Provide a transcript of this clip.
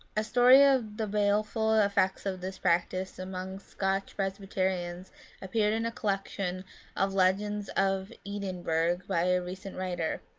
a story of the baleful effects of this practice among scotch presbyterians appeared in a collection of legends of edinburgh by a recent writer.